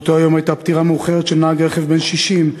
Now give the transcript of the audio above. באותו היום הייתה פטירה מאוחרת של נהג רכב בן 60,